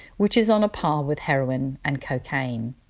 which is on a par with heroin and cocaine.